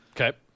Okay